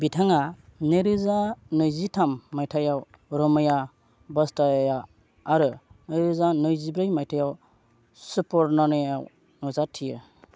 बिथाङा नैरोजा नैजिथाम मायथाइयाव रामाया बस्थाभाया आरो नैरोजा नैजिब्रै मायथाइयाव सुपर्नानायाव नुजाथियो